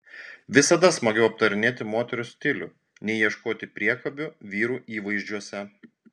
visada smagiau aptarinėti moterų stilių nei ieškoti priekabių vyrų įvaizdžiuose